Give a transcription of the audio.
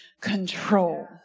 control